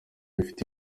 ifite